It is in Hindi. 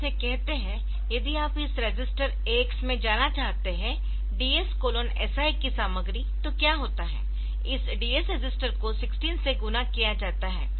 जैसे कहते है यदि आप इस रजिस्टर AX में जाना चाहते है DS SI की सामग्री तो क्या होता है इस DS रजिस्टर को 16 से गुणा किया जाता है